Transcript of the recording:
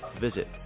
Visit